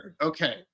Okay